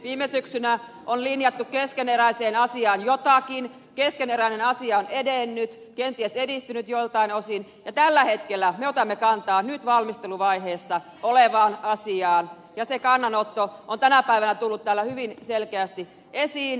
viime syksynä on linjattu keskeneräiseen asiaan jotakin keskeneräinen asia on edennyt kenties edistynyt joiltain osin ja tällä hetkellä me otamme kantaa nyt valmisteluvaiheessa olevaan asiaan ja se kannanotto on tänä päivänä tullut täällä hyvin selkeästi esiin